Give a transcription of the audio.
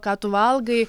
ką tu valgai